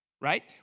Right